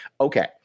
Okay